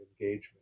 engagement